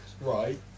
Right